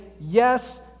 yes